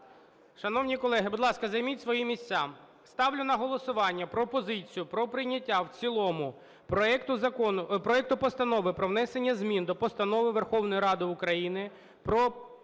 Шановні колеги, будь ласка, займіть свої місця. Ставлю на голосування пропозицію про прийняття в цілому проекту Постанови про внесення змін до Постанови Верховної Ради України "Про